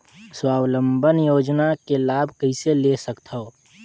स्वावलंबन योजना के लाभ कइसे ले सकथव?